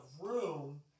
room